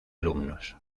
alumnos